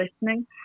listening